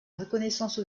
reconnaissance